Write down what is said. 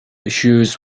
issues